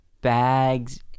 bags